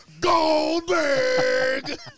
Goldberg